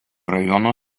rajono